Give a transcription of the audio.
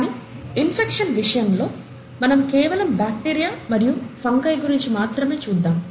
కానీ ఇన్ఫెక్షన్ విషయంలో మనం కేవలం బాక్టీరియా మరియు ఫంగై గురించి మాత్రమే చూద్దాము